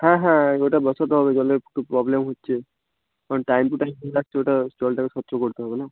হ্যাঁ হ্যাঁ ওইটা বসাতে হবে জলের একটু প্রবলেম হচ্ছে কারণ টাইম টু টাইম হয়ে যাচ্ছে ওটা জলটাকে স্বচ্ছ করতে হবে না